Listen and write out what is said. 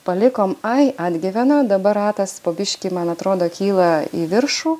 palikom ai atgyvena dabar ratas po biškį man atrodo kyla į viršų